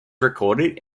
recorded